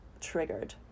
triggered